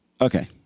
Okay